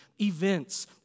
events